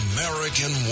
American